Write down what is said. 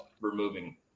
removing